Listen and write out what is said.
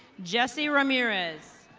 jesse ramirez.